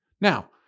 Now